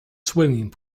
swimming